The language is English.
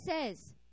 says